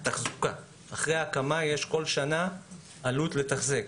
אחרי ההקמה יש כל שנה עלות לתחזק,